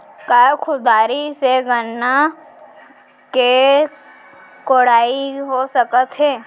का कुदारी से गन्ना के कोड़ाई हो सकत हे?